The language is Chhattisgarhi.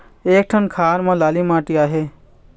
एक ठन खार म लाली माटी आहे?